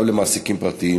גם למעסיקים פרטיים,